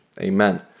Amen